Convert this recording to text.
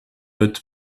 todd